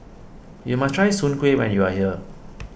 you must try Soon Kway when you are here